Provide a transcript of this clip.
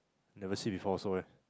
never see before also ah